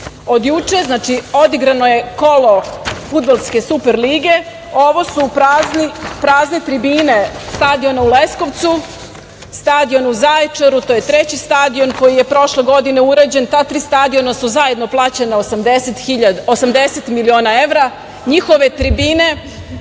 Znači, odigrano je kolo fudbalske super lige. Ovo su prazne tribine stadiona stadiona u Leskovcu. Stadion u Zaječaru je treći stadion koji je prošle godine uređen. Ta tri stadiona su zajedno plaćena 80 miliona evra. Njihove tribine